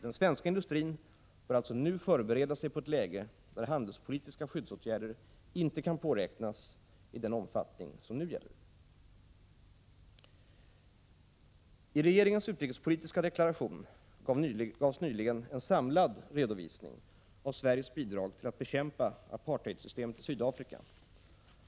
Den svenska industrin bör alltså nu förbereda sig på ett läge där handelspolitiska skyddsåtgärder inte kan påräknas i den omfattning som nu gäller. I regeringens utrikespolitiska deklaration gavs nyligen en samlad redovisning av Sveriges bidrag till att bekämpa apartheidsystemet i Sydafrika.